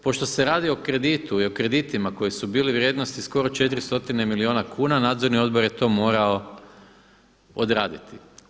Pošto se radi o kreditu i o kreditima koji su bili vrijednosti skoro 400 milijuna kuna, nadzorni odbor je to morao odraditi.